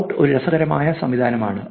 Klout ഒരു രസകരമായ സംവിധാനമാണ്